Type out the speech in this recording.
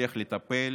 שהצליח לטפל